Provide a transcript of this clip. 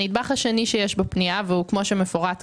הנדבך השני שיש בפנייה, כפי שמפורט כאן,